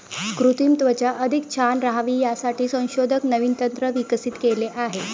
कृत्रिम त्वचा अधिक छान राहावी यासाठी संशोधक नवीन तंत्र विकसित केले आहे